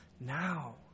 now